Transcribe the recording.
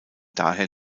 daher